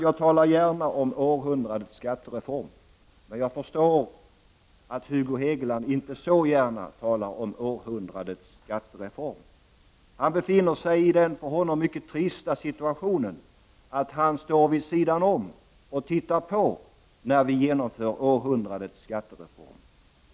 Jag talar gärna om århundradets skattereform, men jag förstår att Hugo Hegeland inte så gärna gör det. Han befinner sig i den för honom mycket trista situationen att han står vid sidan om och tittar på när vi genomför århundradets skattereform.